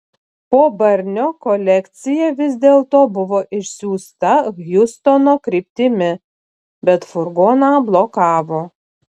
po barnio kolekcija vis dėlto buvo išsiųsta hjustono kryptimi bet furgoną blokavo